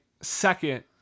second